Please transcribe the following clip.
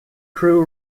crew